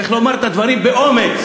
צריך לומר את הדברים באומץ,